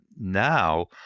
now